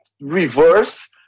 reverse